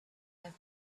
left